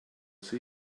see